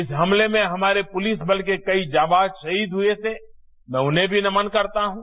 इस हमले में हमारे पुलिस बल के कई जाबाज शहीद हुए थे मैं उन्हें भी नमन करता हूं